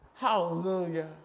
Hallelujah